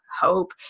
hope